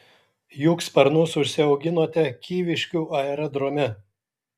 juk sparnus užsiauginote kyviškių aerodrome